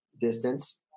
distance